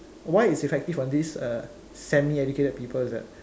why it's effective on this uh semi educated people is that